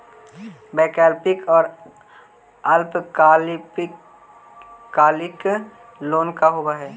वैकल्पिक और अल्पकालिक लोन का होव हइ?